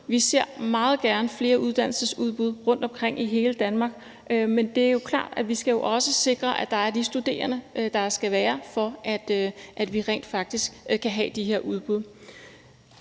Vi ser meget gerne flere uddannelsesudbud rundtomkring i hele Danmark, men det er jo klart, at vi også skal sikre, at der er de studerende, der skal være, for at vi rent faktisk kan have de her udbud.